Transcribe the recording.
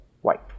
white